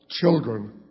children